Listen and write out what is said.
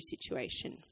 situation